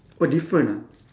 oh different ah